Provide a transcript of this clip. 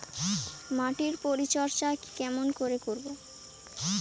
মাটির পরিচর্যা কেমন করে করব?